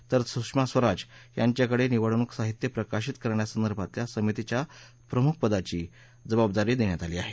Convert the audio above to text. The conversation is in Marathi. तर सुषमा स्वराज यांच्याकडे निवडणूक साहित्य प्रकाशित करण्यासंदर्भतल्या समितीच्या प्रमुख पदाची जबाबदारी देण्यात आली आहे